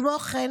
כמו כן,